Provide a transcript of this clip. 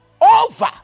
over